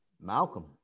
Malcolm